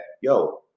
yo